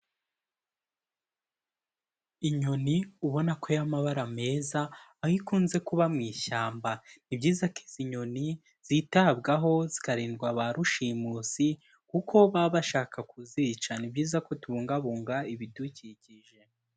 Inyoni ubona ko y'amabara meza aho ikunze kuba mu ishyamba, ni byiza ko izi nyoni zitabwaho zikarindwa ba rushimusi kuko baba bashaka kuzica, ni byiza ko tubungabunga ibidukikije.